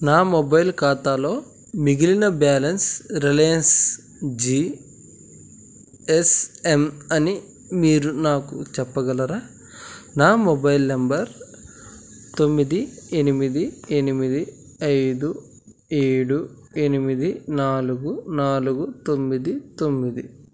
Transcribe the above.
నా మొబైల్ ఖాతాలో మిగిలిన balance Reliance G S M అని మీరు నాకు చెప్పగలరా నా మొబైల్ నెంబర్ తొమ్మిది ఎనిమిది ఎనిమిది ఐదు ఏడు ఎనిమిది నాలుగు నాలుగు తొమ్మిది తొమ్మిది